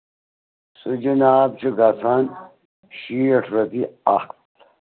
سُہ جِناب چھُ گژھان شیٹھ رۄپیہِ اکھ